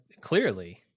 clearly